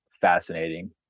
fascinating